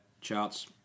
Charts